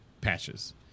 patches